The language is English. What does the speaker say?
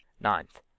ninth